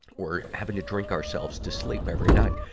or having to drink ourselves to sleep every night,